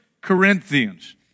Corinthians